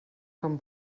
com